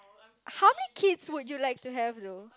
how many kids would you like to have though